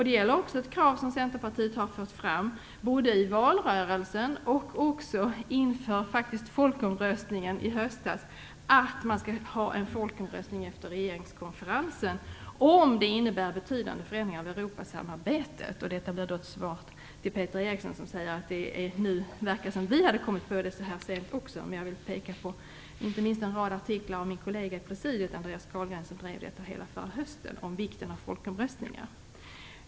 Det gäller även det ett krav som Centerpartiet har fört fram både i valrörelsen och inför folkomröstningen i höstas, nämligen att man skall ha en folkomröstning efter regeringskonferensen om den innebär betydande förändringar av Europasamarbetet. Det är ett svar till Peter Eriksson, som säger att det verkar som om att även Centerpartiet har kommit på det så här sent. Jag vill peka på inte minst en rad artiklar av min kollega i presidiet, Andreas Carlgren. Han drev hela förra hösten frågan om vikten av folkomröstningar.